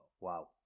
wow